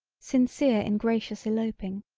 sincere in gracious eloping,